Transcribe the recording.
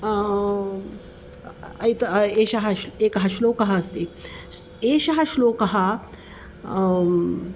एत एषः एकः श्लोकः अस्ति स् एषः श्लोकः